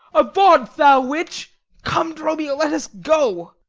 avaunt, thou witch! come, dromio, let us go.